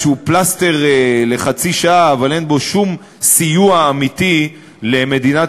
פלסטר לחצי שעה אבל אין בו שום סיוע אמיתי למדינת